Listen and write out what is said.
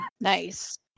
nice